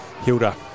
Hilda